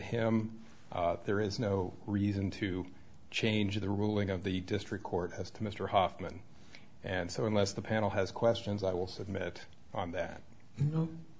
him there is no reason to change the ruling of the district court has to mr hoffman and so unless the panel has questions i will submit that